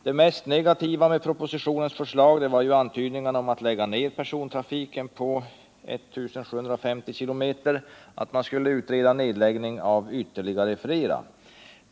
Det mest negativa med propositionens förslag var antydningarna att lägga ner persontrafiken på 1750 km, och att man skulle utreda nedläggning av ytterligare.